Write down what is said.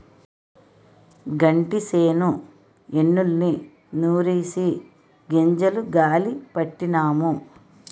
గంటిసేను ఎన్నుల్ని నూరిసి గింజలు గాలీ పట్టినాము